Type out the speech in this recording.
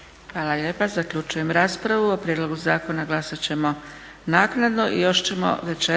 Hvala lijepa. Zaključujem raspravu. O prijedlogu zakona glasat ćemo naknadno. **Leko,